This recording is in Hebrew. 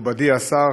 מכובדי השר,